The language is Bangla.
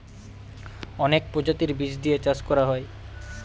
অনেক প্রজাতির বীজ দিয়ে চাষ করা হয়